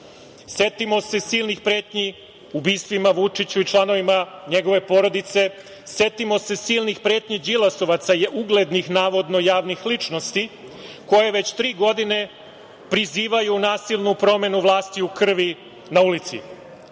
Setimo se silnih pretnji, ubistvima Vučiću i članovima njegove porodice. Setimo se silnih pretnji đilasovaca, uglednih, navodno javnih ličnosti, koje već tri godine prizivaju nasilnu promenu vlasti u krvi na ulici. Da